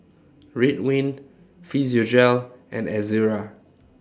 Ridwind Physiogel and Ezerra